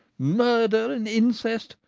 murder and incest,